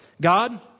God